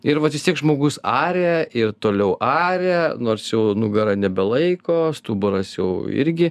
ir vat vis tiek žmogus aria ir toliau aria nors jau nugara nebelaiko stuburas jau irgi